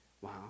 wow